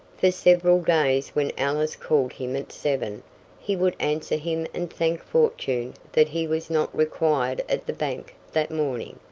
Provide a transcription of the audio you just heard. for several days when ellis called him at seven, he would answer him and thank fortune that he was not required at the bank that morning.